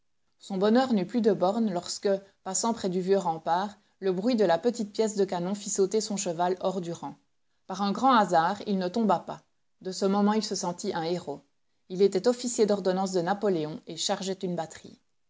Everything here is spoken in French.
son bonheur n'eut plus de bornes lorsque passant près du vieux rempart le bruit de la petite pièce de canon fit sauter son cheval hors du rang par un grand hasard il ne tomba pas de ce moment il se sentit un héros il était officier d'ordonnance de napoléon et chargeait une batterie